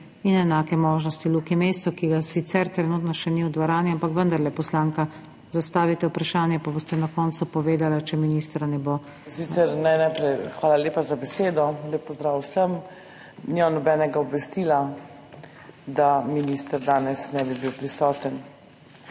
in enake možnosti Luki Mescu, ki ga sicer trenutno še ni v dvorani, ampak vendarle, poslanka, zastavite vprašanje, pa boste na koncu povedali, če ministra ne bo. **ALENKA HELBL (PS SDS):** Hvala lepa za besedo. Lep pozdrav vsem. Sicer nimam nobenega obvestila, da minister danes ne bi bil prisoten.